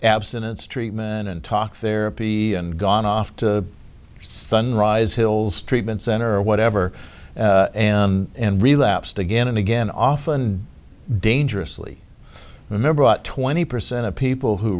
abstinence treatment and talk therapy and gone off to sunrise hills treatment center or whatever and relapsed again and again often dangerously remember what twenty percent of people who